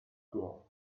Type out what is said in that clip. grow